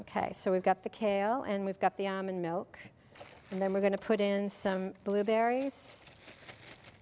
ok so we've got the kale and we've got the almond milk and then we're going to put in some blueberries